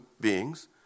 beings